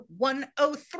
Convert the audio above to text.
103